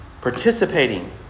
participating